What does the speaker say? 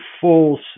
full